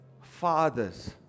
Fathers